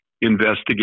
investigate